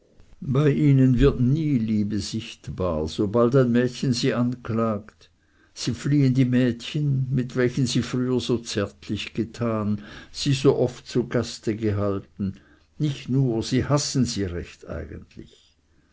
bei ihnen wird nie liebe sichtbar sobald ein mädchen sie anklagt sie fliehen die mädchen mit welchen sie früher so zärtlich getan sie so oft zu gast gehalten nicht nur sie hassen sie recht eigentlich